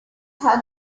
has